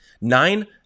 Nine